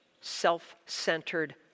self-centered